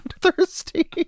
thirsty